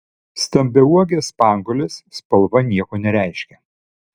stambiauogės spanguolės spalva nieko nereiškia